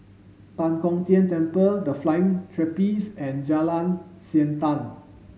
Tan Kong Tian Temple The Flying Trapeze and Jalan Siantan